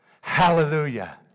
Hallelujah